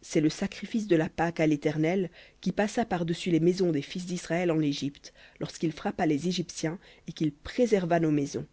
c'est le sacrifice de la pâque à l'éternel qui passa par-dessus les maisons des fils d'israël en égypte lorsqu'il frappa les égyptiens et qu'il préserva nos maisons